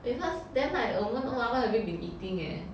because then like 我们 don't know what have we been eating leh